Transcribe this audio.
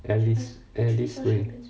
alice alice way